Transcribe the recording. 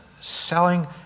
selling